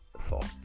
thought